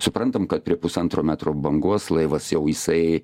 suprantam kad prie pusantro metro bangos laivas jau jisai